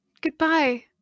Goodbye